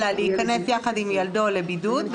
אלא להיכנס יחד עם ילדו לבידוד.